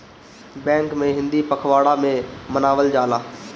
bank में हिंदी पखवाड़ा भी मनावल जाला